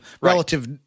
relative